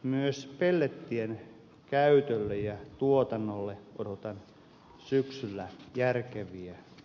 myös pellettien käytölle ja tuotannolle odotan syksyllä järkeviä tukia